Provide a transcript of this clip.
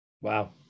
Wow